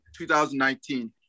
2019